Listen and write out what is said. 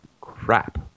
crap